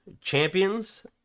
champions